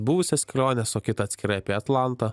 buvusias keliones o kitą atskirai apie atlantą